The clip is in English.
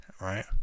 right